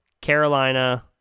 Carolina